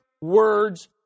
words